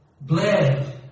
bled